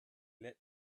lit